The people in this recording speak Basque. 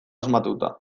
asmatuta